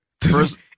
First